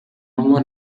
manywa